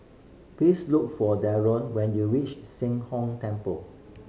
please look for Darold when you reach Sheng Hong Temple